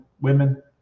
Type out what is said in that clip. women